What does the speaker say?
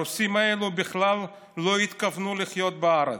הרוסים האלה בכלל לא התכוונו לחיות בארץ,